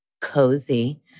cozy